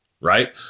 right